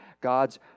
God's